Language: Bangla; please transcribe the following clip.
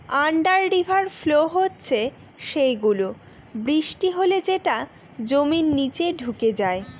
আন্ডার রিভার ফ্লো হচ্ছে সেই গুলো, বৃষ্টি হলে যেটা জমির নিচে ঢুকে যায়